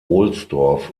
ohlsdorf